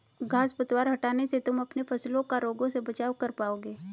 घांस पतवार हटाने से तुम अपने फसलों का रोगों से बचाव कर पाओगे